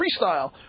freestyle